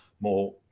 more